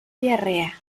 diarrea